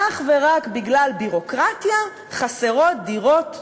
אך ורק בגלל ביורוקרטיה חסרות דירות בישראל.